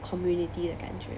community 的感觉